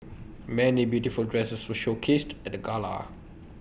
many beautiful dresses were showcased at the gala